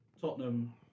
Tottenham